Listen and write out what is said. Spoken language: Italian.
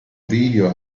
video